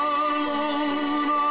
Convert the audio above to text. alone